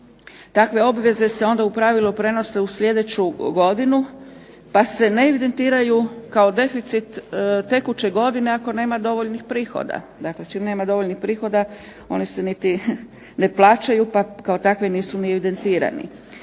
Takve obveze se onda u pravilu prenose u sljedeću godinu, pa se ne evidentiraju kao deficit tekuće godine ako nema dovoljnih prihoda. Dakle čim nema dovoljnih prihoda, oni se niti ne plaćaju, pa kao takvi nisu ni evidentirani.